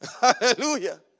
Hallelujah